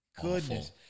goodness